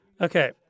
Okay